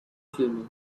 swimming